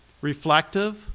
Reflective